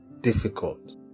difficult